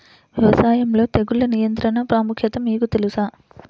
వ్యవసాయంలో తెగుళ్ల నియంత్రణ ప్రాముఖ్యత మీకు తెలుసా?